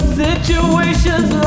situations